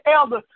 Elder